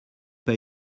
pas